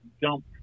jump